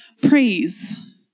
praise